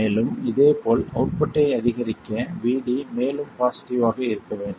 மேலும் இதேபோல் அவுட்புட்டை அதிகரிக்க Vd மேலும் பாசிட்டிவ் ஆக இருக்க வேண்டும்